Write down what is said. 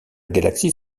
galaxie